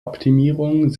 optimierung